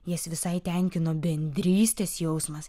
jas visai tenkino bendrystės jausmas